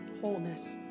wholeness